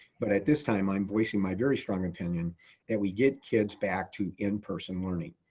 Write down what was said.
but at this time i'm voicing my very strong opinion that we get kids back to in-person learning.